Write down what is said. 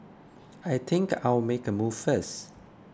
I think I'll make a move first